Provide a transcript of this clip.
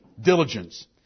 Diligence